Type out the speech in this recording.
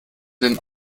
denn